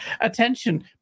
attention